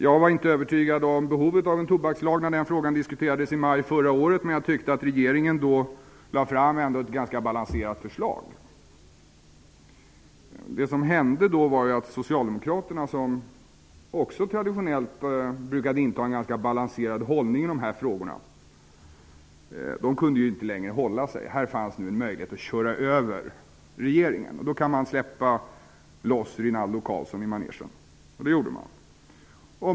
Jag var inte övertygad om behovet av en tobakslag när den frågan diskuterades i maj förra året, men jag tyckte att regeringen ändå lade fram ett ganska balanserat förslag. Det som hände var att Socialdemokraterna, som också traditionellt brukat inta en ganska balanserad hållning i de här frågorna, inte längre kunde hålla sig. Här fanns en möjlighet att köra över regeringen. Då kunde man släppa loss Rinaldo Karlsson i manegen, och det gjorde man.